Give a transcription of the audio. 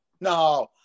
no